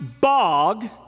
bog